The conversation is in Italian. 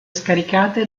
scaricate